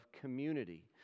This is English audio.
community